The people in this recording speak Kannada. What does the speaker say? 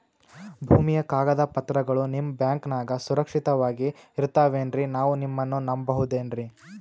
ಭೂಮಿಯ ಕಾಗದ ಪತ್ರಗಳು ನಿಮ್ಮ ಬ್ಯಾಂಕನಾಗ ಸುರಕ್ಷಿತವಾಗಿ ಇರತಾವೇನ್ರಿ ನಾವು ನಿಮ್ಮನ್ನ ನಮ್ ಬಬಹುದೇನ್ರಿ?